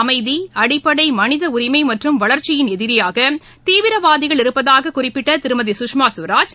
அமைதி அடிப்படை மனித உரிமை மற்றும் வளர்ச்சியின் எதிரியாக தீவிரவாதிகள் இருப்பதாக குறிப்பிட்ட திருமதி கஷ்மா ஸ்வராஜ்